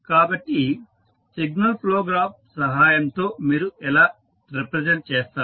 కాబట్టి signal flow graph సహాయంతో మీరు ఎలా రిప్రజెంట్ చేస్తారు